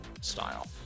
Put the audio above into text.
style